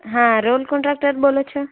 હા road contractor બોલો છો